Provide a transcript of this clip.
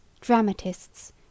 dramatists